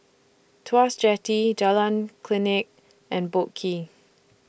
Tuas Jetty Jalan Klinik and Boat Quay